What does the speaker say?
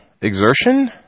exertion